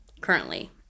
currently